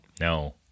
No